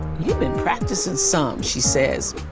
you've been practicing some, she says.